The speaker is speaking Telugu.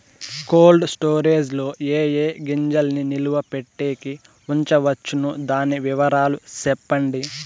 కోల్డ్ స్టోరేజ్ లో ఏ ఏ గింజల్ని నిలువ పెట్టేకి ఉంచవచ్చును? దాని వివరాలు సెప్పండి?